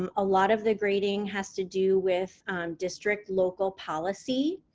um a lot of the grading has to do with district local policy,